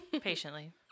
patiently